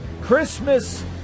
Christmas